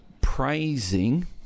praising